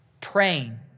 praying